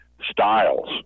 styles